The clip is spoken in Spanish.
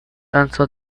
lanzó